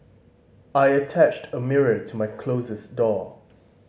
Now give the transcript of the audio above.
I attached a mirror to my closet door